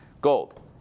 gold